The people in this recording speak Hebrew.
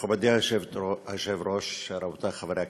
מכובדי היושב-ראש, רבותי חברי הכנסת,